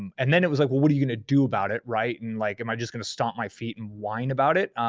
and and then it was like, well, what are you gonna do about it, right? and like am i just gonna stomp my feet and whine about it?